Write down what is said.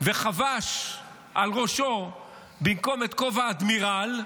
וחובש על ראשו במקום את כובע האדמירל,